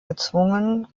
gezwungen